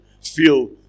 feel